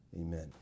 amen